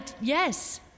yes